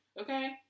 Okay